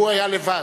כי הוא היה לבד.